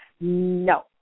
No